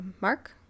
Mark